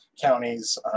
counties